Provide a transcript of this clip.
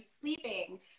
sleeping